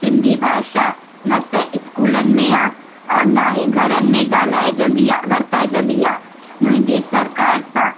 सिंधी भाषा न त इस्कूलनि में आहे औरि न ई घरनि में ॻाल्हाईजंदी आहे वरताईजंदी आहे मुंहिंजी सरकार सां